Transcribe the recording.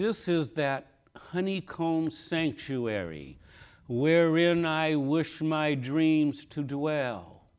this is that honeycomb sanctuary wherein i wish my dreams to do well